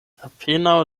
apenaŭ